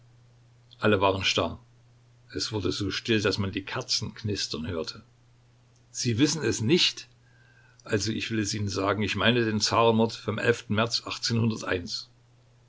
alle waren starr es wurde so still daß man die kerzen knistern hörte sie wissen es nicht also will ich es ihnen sagen ich meine den zarenmord vom märz